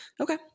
Okay